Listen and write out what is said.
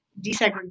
desegregation